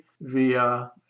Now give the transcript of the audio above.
via